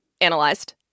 Analyzed